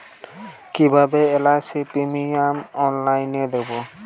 কিভাবে LIC premium অনলাইনে দেবো?